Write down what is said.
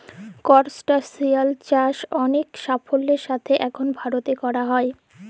করসটাশিয়াল চাষ অলেক সাফল্যের সাথে এখল ভারতে ক্যরা হ্যয়